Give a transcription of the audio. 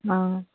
अँ